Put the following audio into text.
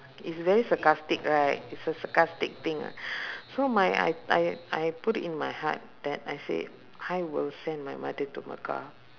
it's very sarcastic right it's a sarcastic thing so my I I I put it in my heart that I say I will send my mother to mecca